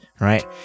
right